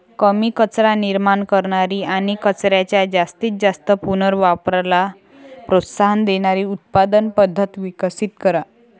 कमी कचरा निर्माण करणारी आणि कचऱ्याच्या जास्तीत जास्त पुनर्वापराला प्रोत्साहन देणारी उत्पादन पद्धत विकसित करा